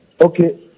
okay